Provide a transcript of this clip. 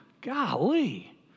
Golly